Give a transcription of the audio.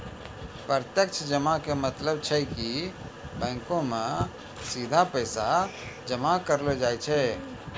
प्रत्यक्ष जमा के मतलब छै कि बैंको मे सीधा पैसा जमा करलो जाय छै